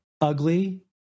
ugly